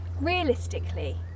realistically